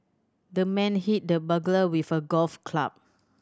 the man hit the burglar with a golf club